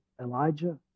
Elijah